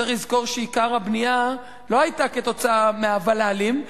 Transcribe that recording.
צריך לזכור שעיקר הבנייה לא היה כתוצאה מהוול"לים,